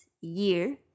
year